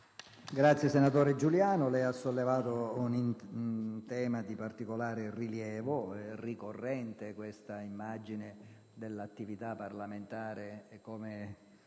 Senatore Giuliano, lei ha sollevato un tema di particolare rilievo. È ricorrente quest'immagine dell'attività parlamentare